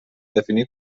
definir